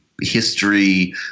history